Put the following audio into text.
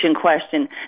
question